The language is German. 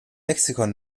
lexikon